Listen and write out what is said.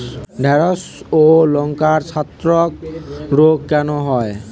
ঢ্যেড়স ও লঙ্কায় ছত্রাক রোগ কেন হয়?